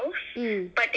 mm